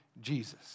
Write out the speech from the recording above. Jesus